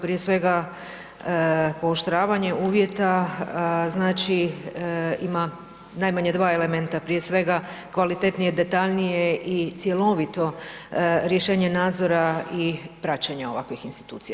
Prije svega, pooštravanje uvjeta znači ima najmanje dva elementa, prije svega kvalitetnije, detaljnije i cjelovito rješenje nadzora i praćenja ovakvih institucija.